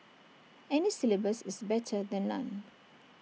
any syllabus is better than none